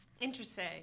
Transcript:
Interesting